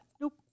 Nope